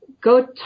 go